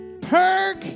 Perk